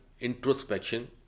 introspection